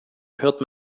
hört